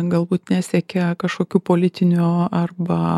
galbūt nesiekia kažkokių politinių arba